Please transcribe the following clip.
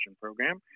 program